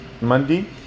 Monday